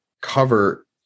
cover